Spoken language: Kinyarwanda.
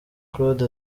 claude